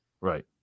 Right